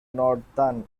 northern